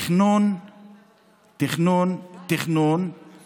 סמכויות התכנון והבנייה היו במשרד הפנים.